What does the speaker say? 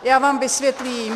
Já vám vysvětlím